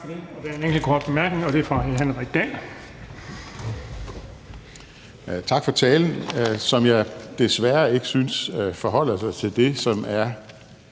Tak for talen, som jeg desværre ikke synes forholder sig til det, som er